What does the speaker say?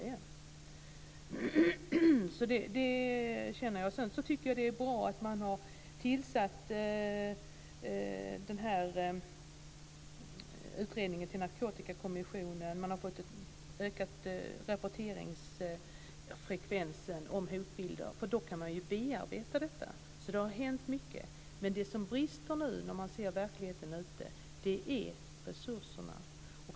Det är bra att man har tillsatt den här utredningen, Narkotikakommissionen. Man har fått en ökad rapporteringsfrekvens vad gäller hotbilder, och då kan man bearbeta det. Så det har hänt mycket, men det som brister ute i verkligheten är resurserna.